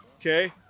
okay